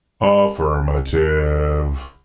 Affirmative